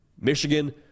Michigan